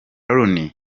ronnie